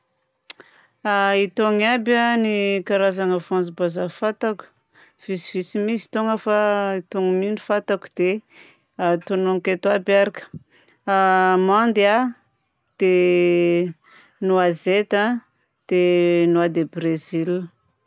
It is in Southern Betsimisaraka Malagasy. Itony aby a ny karazagna voanjombazaha fantako: vitsivitsy mi izy ity fa itony mi no fantako dia tononiko eto aby ary koa: amandy a, dia noisette a, dia noix de brésil.